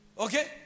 Okay